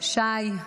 שי,